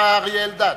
חבר הכנסת אריה אלד.